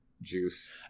juice